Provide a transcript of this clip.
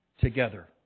together